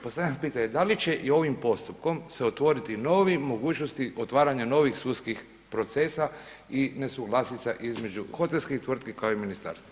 Postavljam pitanje, da li će i ovim postupkom se otvoriti nove mogućnosti otvaranja novih sudskih procesa i nesuglasica između hotelskih tvrtki, kao i ministarstva.